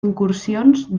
incursions